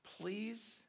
please